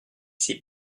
c’est